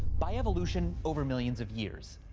by evolution, over millions of years.